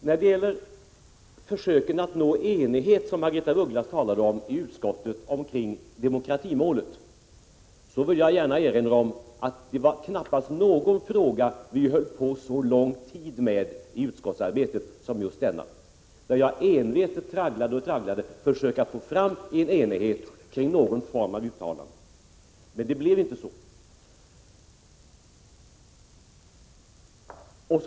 När det gäller försöken att i utskottet nå enighet omkring demokratimålet, som Margaretha af Ugglas talade om, vill jag gärna erinra om att knappast någon fråga behandlades under så lång tid som just denna. I utskottet tragglade jag envetet den frågan för att försöka få fram en enighet kring någon form av uttalande, men det blev inte någon sådan enighet.